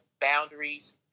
boundaries